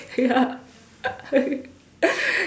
ya